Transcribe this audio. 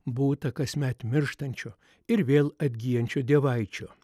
būta kasmet mirštančių ir vėl atgyjančių dievaičių